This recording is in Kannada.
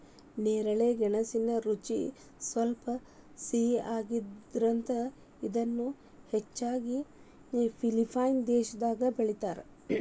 ನೇರಳೆ ಗೆಣಸಿನ ರುಚಿ ಸ್ವಲ್ಪ ಸಿಹಿಯಾಗಿರ್ತದ, ಇದನ್ನ ಹೆಚ್ಚಾಗಿ ಫಿಲಿಪೇನ್ಸ್ ದೇಶದಾಗ ಬೆಳೇತಾರ